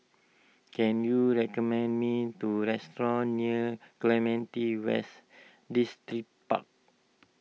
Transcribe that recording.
can you recommend me to restaurant near Clementi West Distripark